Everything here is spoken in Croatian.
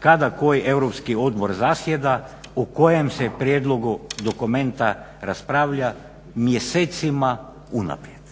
kada koji europski odbor zasjeda, o kojem se prijedlogu dokumenta raspravlja mjesecima unaprijed?